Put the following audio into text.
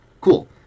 Cool